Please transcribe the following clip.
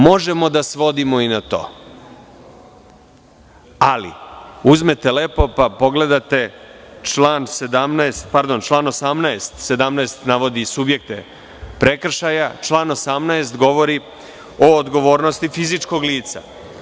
Možemo da svodimo i na to, ali uzmete lepo, pa pogledate član 17, pardon član 18, član 17. navodi subjekte prekršaja, a član 18. govori o odgovornosti fizičkog lica.